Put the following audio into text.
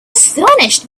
astonished